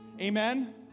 Amen